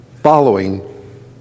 Following